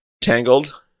Tangled